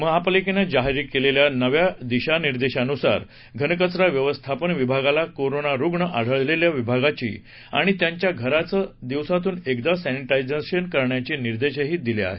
महापालिकेनं जारी केलेल्या नव्या दिशानिर्देशनानुसार घनकचरा व्यवस्थापन विभागाला कोरोना रुग्ण आढळलेल्या विभागाची आणि त्यांच्या घराचं दिवसातून एकदा सर्सिटायझेशन करण्याचे निर्देशही दिले आहेत